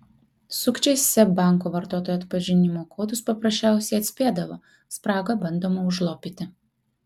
sukčiai seb banko vartotojų atpažinimo kodus paprasčiausiai atspėdavo spragą bandoma užlopyti